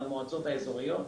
המועצות האזוריות.